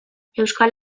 euskal